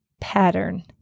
pattern